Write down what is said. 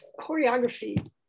choreography